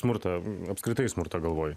smurtą em apskritai smurtą galvoj